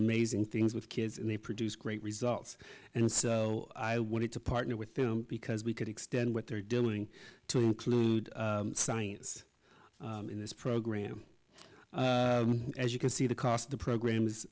amazing things with kids and they produce great results and so i wanted to partner with them because we could extend what they're doing to include science in this program as you can see the cost of the program